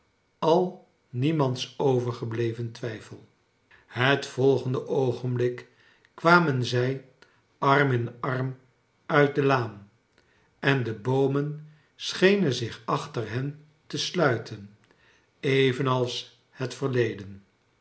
al niernands overgebleven twijfell het volgende oogenblik kwamen zij arm in arm uit de laan en de boomen schenen zich achter hen te sluiten evenals het verleden